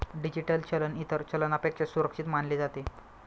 digital चलन इतर चलनापेक्षा सुरक्षित मानले जाते